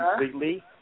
completely